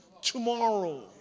tomorrow